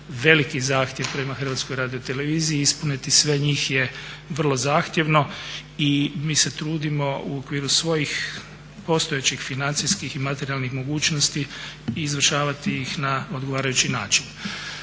veliki zahtjev prema Hrvatskoj radioteleviziji. Ispuniti sve njih je vrlo zahtjevno i mi se trudimo u okviru svojih postojećih financijskih i materijalnih mogućnosti izvršavati ih na odgovarajući način.